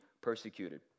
persecuted